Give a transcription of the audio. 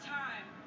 time